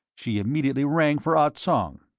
she immediately rang for ah tsong.